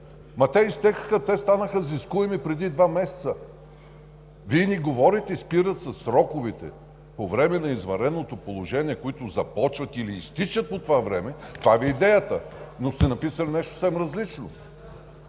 Ама те изтекоха, те станаха изискуеми преди два месеца! Вие ни говорите – спират се сроковете по време на извънредното положение, които започват или изтичат по това време, това Ви е идеята, но сте написали нещо съвсем различно!